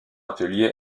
atelier